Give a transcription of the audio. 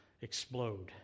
explode